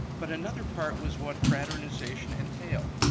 but another part was what fraternization entailed.